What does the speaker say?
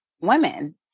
women